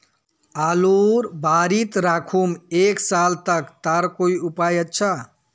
आलूर बारित राखुम एक साल तक तार कोई उपाय अच्छा?